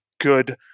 good